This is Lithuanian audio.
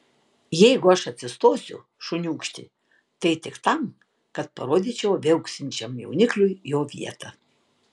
jeigu aš atsistosiu šuniūkšti tai tik tam kad parodyčiau viauksinčiam jaunikliui jo vietą